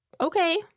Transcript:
Okay